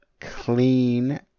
Clean